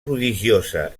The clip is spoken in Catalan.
prodigiosa